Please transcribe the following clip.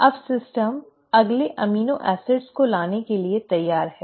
अब सिस्टम अगले amino acid को लाने के लिए तैयार है